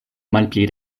malpli